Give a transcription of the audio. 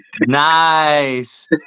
Nice